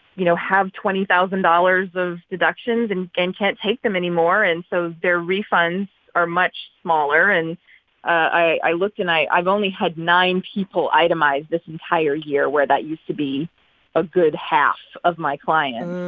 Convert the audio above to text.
you know, have twenty thousand dollars of deductions and and can't take them anymore, and so their refunds are much smaller. and i looked, and i've only had nine people itemize this entire year, where that used to be a good half of my clients.